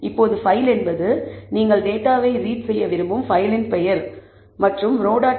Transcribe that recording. இப்போது ஃபைல் என்பது நீங்கள் டேட்டாவைப் ரீட் செய்ய விரும்பும் ஃபைலின் பெயர் மற்றும் row